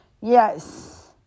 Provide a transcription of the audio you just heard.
yes